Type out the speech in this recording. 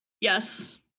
yes